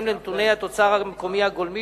בהתאם לנתוני התוצר המקומי הגולמי